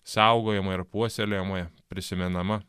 saugojama ir puoselėjama prisimenama